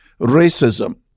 racism